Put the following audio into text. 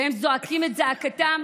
והם זועקים את זעקתם